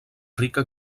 rica